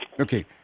Okay